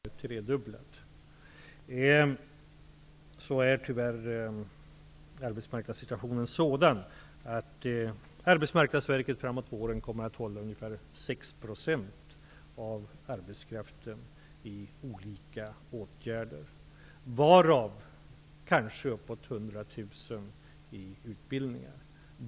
Herr talman! Det är ju alltid en kamp om medel, även om medlen till Arbetsmarknadsverket i princip har tredubblats. Tyvärr är arbetsmarknadssituationen sådan att Arbetsmarknadsverket framåt våren kommer att hålla ungefär 6 % av arbetskraften i olika åtgärder, varav kanske uppåt 100 000 personer i utbildningar.